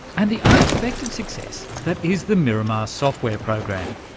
and the unexpected success that is the miromaa software program,